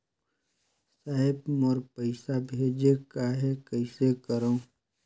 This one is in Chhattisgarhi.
साहेब मोर पइसा भेजेक आहे, कइसे करो?